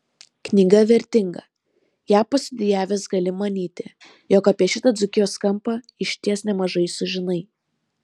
knyga vertinga ją pastudijavęs gali manyti jog apie šitą dzūkijos kampą išties nemažai sužinai